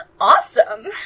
Awesome